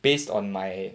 based on my